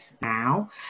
now